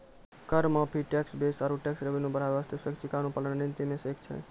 कर माफी, tax base आरो टैक्स रेवेन्यू बढ़ाय बासतें स्वैछिका अनुपालन रणनीति मे सं एक छै